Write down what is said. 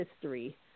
history